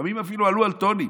לפעמים אפילו עלו הטונים,